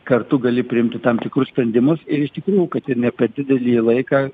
kartu gali priimti tam tikrus sprendimus ir iš tikrųjų kad ir ne per didelį laiką